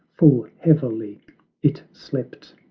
full heavily it slept!